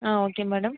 ah okay madam